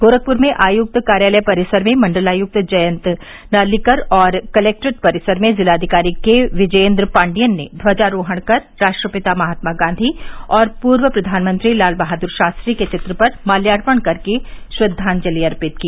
गोरखपुर में आयुक्त कार्यालय परिसर में मण्डलायुक्त जयंत नार्लिकर और कलेक्ट्रेट परिसर में जिलाधिकारी के विजयेन्द्र पाण्डियन ने ध्वजारोहण कर राष्ट्रपिता महात्मा गांधी और पूर्व प्रधानमंत्री लाल बहादुर शास्त्री के चित्र पर माल्यार्पण कर श्रद्वांजलि अर्पित की